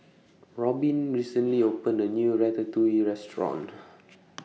Robin recently opened A New Ratatouille Restaurant